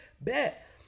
bet